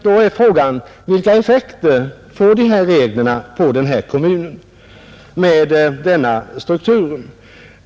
Då är frågan: Vilka effekter får reglerna på en kommun med denna struktur?